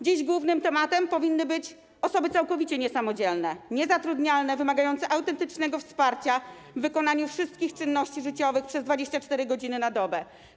Dziś głównym tematem powinny być osoby całkowicie niesamodzielne, niezatrudniane, wymagające autentycznego wsparcia w wykonywaniu wszystkich czynności życiowych przez 24 godziny na dobę.